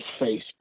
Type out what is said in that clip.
Facebook